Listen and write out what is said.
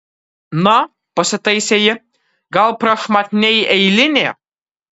na pasitaisė ji gal prašmatniai eilinė